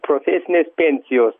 profesinės pensijos